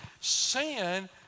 Sin